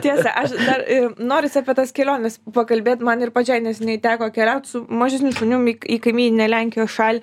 tiesa aš dar ir noris apie tas keliones pakalbėt man ir pačiai neseniai teko keliaut su mažesniu šunium į į kaimyninę lenkijos šalį